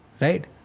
Right